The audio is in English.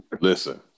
Listen